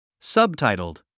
Subtitled